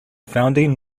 founding